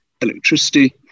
electricity